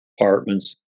apartments